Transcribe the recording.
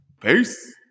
Peace